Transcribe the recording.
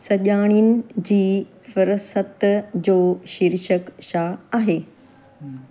सॼाणनि जी फुरसत जो शीर्षक छा आहे